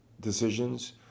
decisions